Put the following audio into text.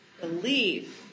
believe